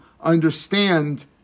understand